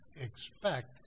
expect